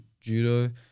judo